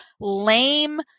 lame